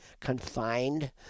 confined